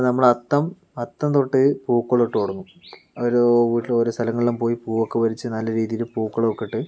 നമ്മൾ അത്തം അത്തം തൊട്ട് പൂക്കളം ഇട്ട് തുടങ്ങും അത് ഓരോ വീട്ടിലും ഓരോ സ്ഥലങ്ങളിലും പോയി പൂവൊക്കെ പറിച്ച് നല്ല രീതിയിൽ പൂക്കളം ഒക്കെ ഇട്ട്